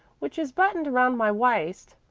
which is buttoned around my waist.